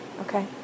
Okay